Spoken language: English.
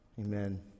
Amen